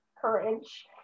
courage